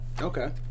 okay